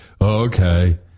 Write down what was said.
Okay